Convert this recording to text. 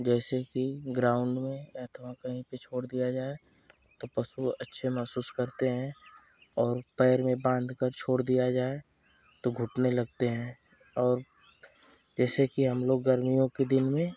जैसे कि ग्राउंड में या थों कहीं पर छोड़ दिया जाए तब पशु अच्छे महसूस करते हैं और पैर में बांध कर छोड़ दिया जाए तो घुटने लगते हैं और जैसे कि हम लोग गर्मियों के दिन में